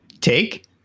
Take